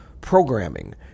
programming